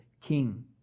king